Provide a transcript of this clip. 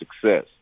success